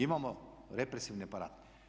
Imamo represivni aparat.